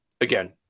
again